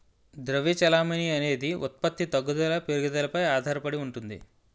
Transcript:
ద్రవ్య చెలామణి అనేది ఉత్పత్తి తగ్గుదల పెరుగుదలపై ఆధారడి ఉంటుంది